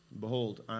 behold